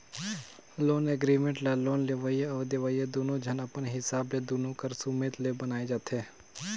loan agreement ल loan लेवइया अउ देवइया दुनो झन अपन हिसाब ले दुनो कर सुमेत ले बनाए जाथें